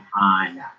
on